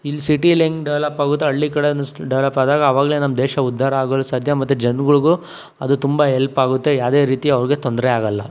ಇಲ್ಲಿ ಸಿಟಿಯಲ್ಲಿ ಹೇಗೆ ಡೆವಲಪ್ ಆಗುತ್ತೊ ಹಳ್ಳಿ ಕಡೆನೂ ಡೆವಲಪ್ ಆದಾಗ ಆವಾಗಲೇ ನಮ್ಮ ದೇಶ ಉದ್ದಾರ ಆಗಲು ಸಾಧ್ಯ ಮತ್ತೆ ಜನಗಳಿಗೂ ಅದು ತುಂಬಾ ಹೆಲ್ಫ್ ಆಗುತ್ತೆ ಯಾವುದೇ ರೀತಿ ಅವರಿಗೆ ತೊಂದರೆ ಆಗಲ್ಲ